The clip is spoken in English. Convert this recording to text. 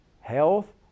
health